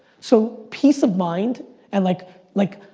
so peace of mind and like like